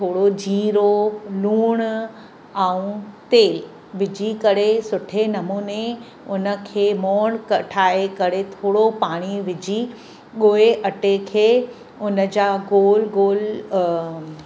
थोरो जीरो लूणु ऐं तेल विझी करे सुठे नमूने उनखे मौण क ठाहे करे थोरो पाणी विझी ॻोहे अटे खे उनजा गोल गोल अ